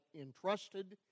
Entrusted